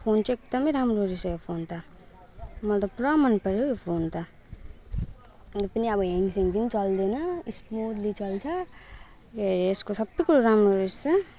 phone चाहिँ एकदमै दामी रहेछ यो फोन त मलाई त पुरा मन पऱ्यो हौ यो फोन त हुनु पनि अब ह्याङस्याङ केही पनि चल्दैन स्मुथली चल्छ के अरे यसको सबैकुरा राम्रो रहेछ